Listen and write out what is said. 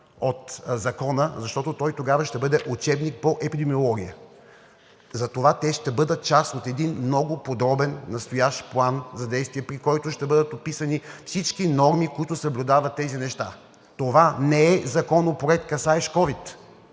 от Закона, защото той тогава ще бъде учебник по епидемиология. Затова те ще бъдат част от един много подробен настоящ план за действие, при който ще бъдат описани всички норми, които съблюдават тези неща. Това не е Законопроект, касаещ ковид,